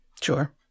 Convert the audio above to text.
Sure